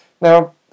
Now